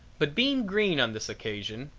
but being green on this occasion,